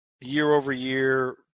Year-over-year